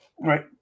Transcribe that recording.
Right